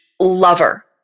lover